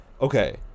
Okay